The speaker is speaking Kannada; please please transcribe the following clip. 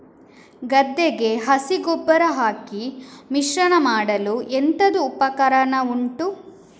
ಗದ್ದೆಗೆ ಹಸಿ ಗೊಬ್ಬರ ಹಾಕಿ ಮಿಶ್ರಣ ಮಾಡಲು ಎಂತದು ಉಪಕರಣ ಉಂಟು?